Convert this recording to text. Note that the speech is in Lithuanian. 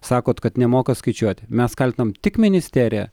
sakot kad nemoka skaičiuoti mes kaltinam tik ministeriją